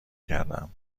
کردم